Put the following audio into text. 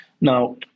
Now